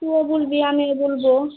তুও বলবি আমিও বলবো